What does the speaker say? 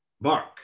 Mark